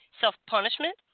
self-punishment